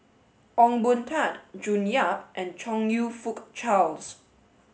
Ong Boon Tat June Yap and Chong You Fook Charles